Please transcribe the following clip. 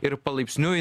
ir palaipsniui